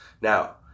Now